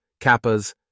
kappas